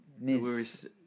Miss